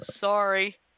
Sorry